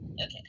Okay